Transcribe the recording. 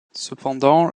cependant